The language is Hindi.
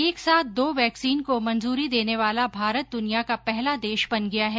एक साथ दो वैक्सीन को मंजूरी देने वाला भारत दुनिया का पहला देश बन गया है